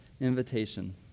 invitation